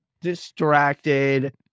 distracted